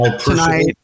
tonight